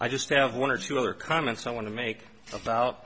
i just have one or two other comments i want to make about